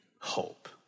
hope